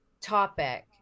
topic